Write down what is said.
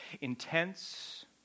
Intense